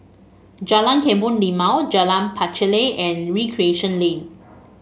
Jalan Kebun Limau Jalan Pacheli and Recreation Lane